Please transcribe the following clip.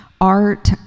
art